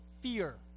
fear